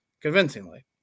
convincingly